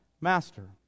Master